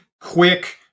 quick